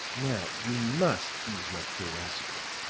now you must ease my curiosity.